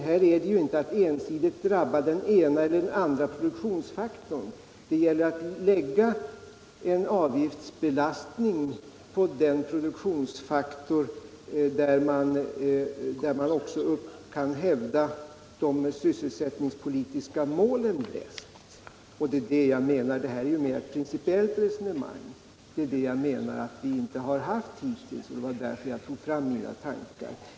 Det är ju inte fråga om att ensidigt låta den ena eller andra produktionsfaktorn drabbas, utan att lägga en avgiftsbelastning på produktionsfaktorer där man bäst kan hävda de sysselsättningspolitiska målen. Det är detta mer principiella resonemang som inte har förts tidigare och det var därför jag lade fram mina tankar.